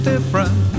different